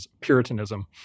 Puritanism